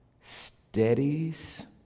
steadies